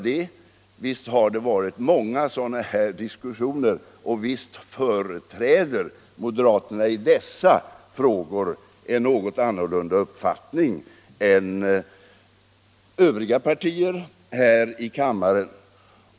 Det har varit många sådana här diskussioner, och visst företräder moderaterna i dessa frågor en något annorlunda uppfattning än övriga partier här i kammaren.